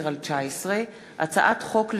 פ/1910/19 וכלה בהצעת חוק פ/1923/19,